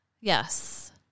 Yes